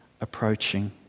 approaching